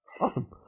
Awesome